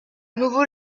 nouveau